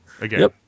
Again